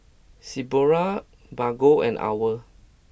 Sephora Bargo and Owl